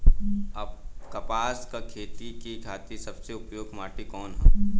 कपास क खेती के खातिर सबसे उपयुक्त माटी कवन ह?